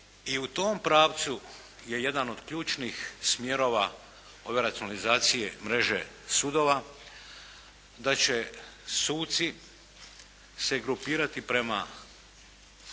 i u tom pravcu je jedan od ključnih smjerova od racionalizacije mreže sudova da će suci se grupirati prema